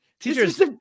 teachers